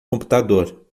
computador